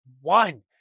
One